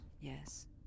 Yes